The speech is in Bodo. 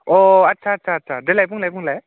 अ आस्सा आस्सा देलाय बुंलाय बुंलाय